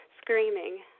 screaming